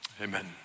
Amen